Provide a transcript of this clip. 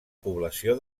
població